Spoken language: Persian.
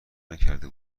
نکرده